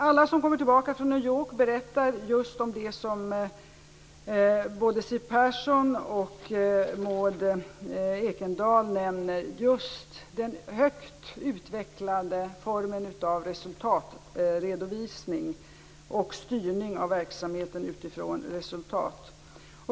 Alla som kommer tillbaka från New York berättar om just det som både Siw Persson och Maud Ekendahl nämner, nämligen den högt utvecklade formen av resultatredovisning och styrning av verksamheten utifrån resultat.